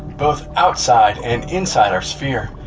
both outside and inside our sphere,